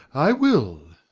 i will.